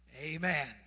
Amen